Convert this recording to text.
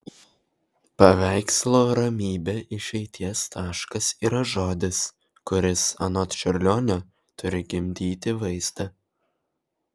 paveikslo ramybė išeities taškas yra žodis kuris anot čiurlionio turi gimdyti vaizdą